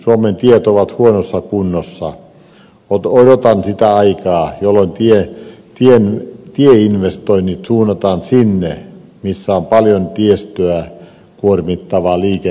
suomen tiet ovat huonossa kunnossa mutta odotan sitä aikaa jolloin tieinvestoinnit suunnataan sinne missä on paljon tiestöä kuormittavaa liikennettä